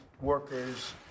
workers